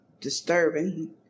disturbing